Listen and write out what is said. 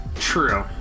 true